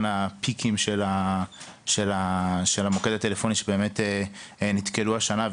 הפיקים של המוקד הטלפוני שנתקלו השנה.